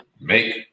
make